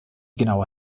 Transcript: genaue